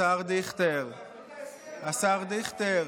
השר דיכטר,